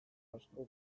asko